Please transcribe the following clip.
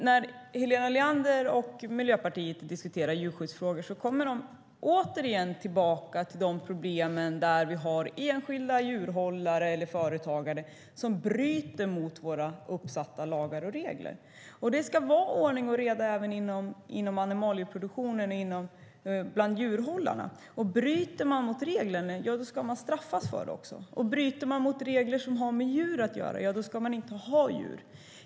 När Helena Leander och Miljöpartiet diskuterar djurskyddsfrågor kommer de tillbaka till problemet med att enskilda djurhållare eller företagare bryter mot våra uppsatta lagar och regler. Det ska vara ordning och reda inom animalieproduktionen, bland djurhållarna, och bryter man mot reglerna ska man straffas för det. Bryter man mot regler som har med djur att göra, då ska man inte ha djur.